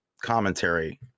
commentary